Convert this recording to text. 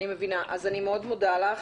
אני מבינה, אז אני מאוד מודה לך.